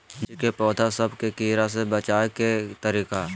मिर्ची के पौधा सब के कीड़ा से बचाय के तरीका?